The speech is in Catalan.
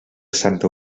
santa